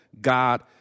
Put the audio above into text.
God